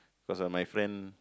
cause of my friend